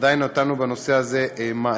עדיין לא נתנו בנושא הזה מענה.